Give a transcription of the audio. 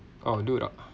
oh do it oh